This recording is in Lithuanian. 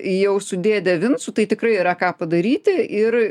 jau su dėde vincu tai tikrai yra ką padaryti ir